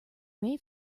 may